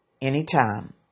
Anytime